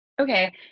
Okay